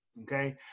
Okay